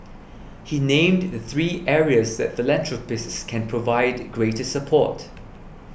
he named the three areas that philanthropists can provide greater support